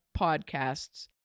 podcasts